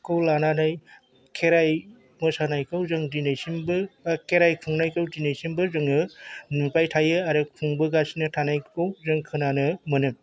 खौ लानानै खेराइ मोसानायखौ जों दिनैसिमबो खेराइ खुंनायखौ दिनैसिमबो जोङो नुबाय थायो आरो खुंबोगासिनो थानायखौ जों खोनानो मोनो